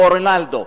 או רונאלדו.